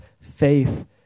faith